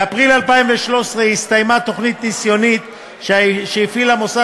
באפריל 2013 הסתיימה תוכנית ניסיונית שהפעיל המוסד